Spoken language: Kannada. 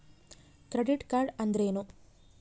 ಕ್ರೆಡಿಟ್ ಕಾರ್ಡ್ ಅಂದ್ರೇನು?